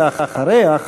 ואחריה,